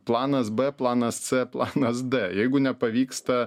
planas b planas c planas d jeigu nepavyksta